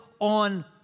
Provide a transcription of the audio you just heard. on